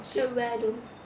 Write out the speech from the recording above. where though